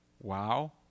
wow